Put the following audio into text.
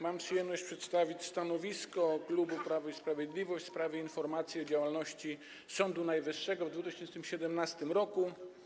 Mam przyjemność przedstawić stanowisko klubu Prawo i Sprawiedliwość w sprawie informacji o działalności Sądu Najwyższego w 2017 r.